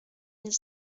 mille